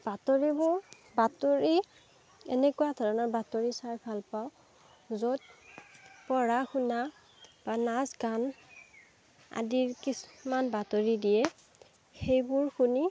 বাতৰিবোৰ বাতৰি এনেুকুৱা ধৰণৰ বাতৰি চাই ভালপাওঁ য'ত পঢ়া শুনা বা নাচ গান আদিৰ কিছুমান বাতৰি দিয়ে সেইবোৰ শুনি